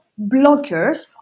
blockers